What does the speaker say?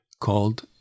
called